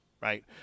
right